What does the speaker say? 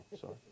Sorry